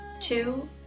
two